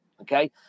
okay